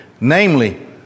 namely